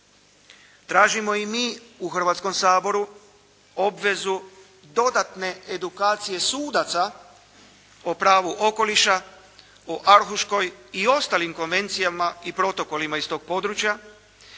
Tražimo i mi u Hrvatskom saboru obvezu dodatne edukacije sudaca o pravu okoliša o Arhuškoj i ostalim konvencijama i protokolima iz tog područja.